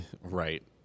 Right